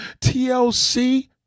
TLC